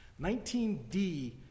19D